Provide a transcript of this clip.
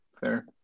Fair